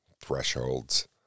thresholds